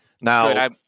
Now